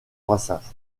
brassens